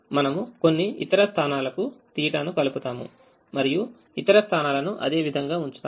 మనము కొన్ని ఇతర స్థానాలకు θ ను కలుపుతాము మరియు ఇతర స్థానాలను అదే విధంగా ఉంచుతాము